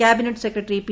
cabinet secretary P